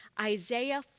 Isaiah